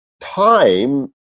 time